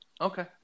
Okay